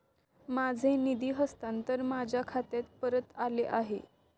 माझे निधी हस्तांतरण माझ्या खात्यात परत आले आहे